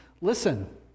Listen